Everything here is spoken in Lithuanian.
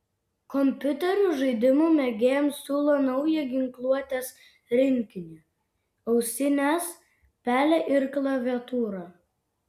kompiuterių žaidimų mėgėjams siūlo naują ginkluotės rinkinį ausines pelę ir klaviatūrą